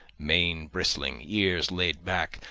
mane bristling, ears laid back,